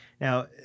Now